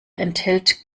enthält